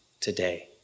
today